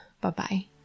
Bye-bye